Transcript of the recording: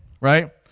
right